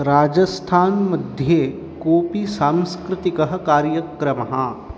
राजस्थान् मध्ये कोपि सांस्कृतिकः कार्यक्रमः